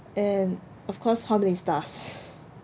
and of course how many stars